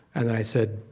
and then i said,